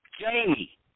Jamie